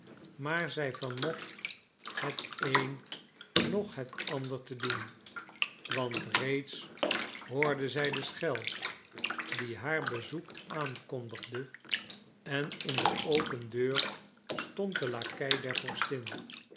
maar zij vermocht het een noch het ander te doen want reeds hoorde zij de schel die haar bezoek aankondigde en in de open deur stond de lakei der